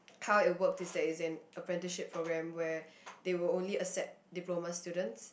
how it worked is that it's an apprenticeship program where they will only accept diploma students